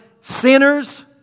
sinners